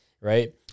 right